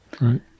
Right